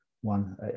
one